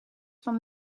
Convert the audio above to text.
van